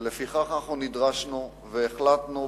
ולפיכך נדרשנו והחלטנו,